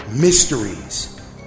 mysteries